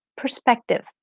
Perspective